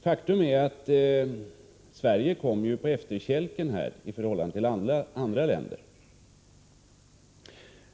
Faktum är att Sverige, i förhållande till andra länder, kommer på efterkälken i detta sammanhang.